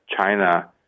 China